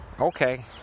Okay